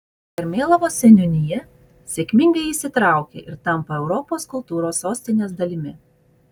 karmėlavos seniūnija sėkmingai įsitraukia ir tampa europos kultūros sostinės dalimi